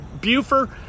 Buford